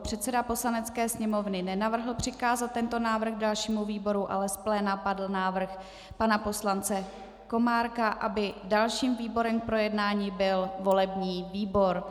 Předseda Poslanecké sněmovny nenavrhl přikázat tento návrh dalšímu výboru, ale z pléna padl návrh pana poslance Komárka, aby dalším výborem k projednání byl volební výbor.